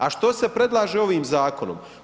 A što se predlaže ovim zakonom?